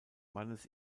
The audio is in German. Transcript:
mannes